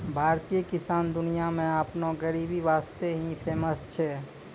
भारतीय किसान दुनिया मॅ आपनो गरीबी वास्तॅ ही फेमस छै